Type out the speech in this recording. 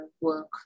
work